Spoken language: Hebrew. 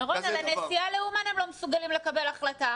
מירום, על הנסיעה לאומן הם לא מסוגלים לקבל החלטה